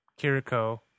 Kiriko